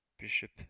Bishop